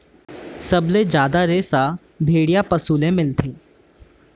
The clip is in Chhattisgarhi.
सबले जादा रेसा भेड़िया पसु ले मिलथे